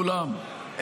כולם,